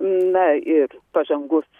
na ir pažangus